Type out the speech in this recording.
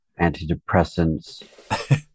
antidepressants